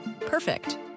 Perfect